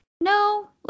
No